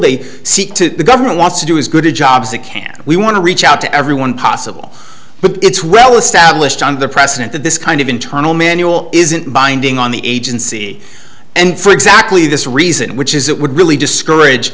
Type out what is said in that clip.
they seek to the government wants to do as good a job as a can we want to reach out to everyone possible but it's well established on the precedent that this kind of internal manual isn't binding on the agency and for exactly this reason which is that would really discourage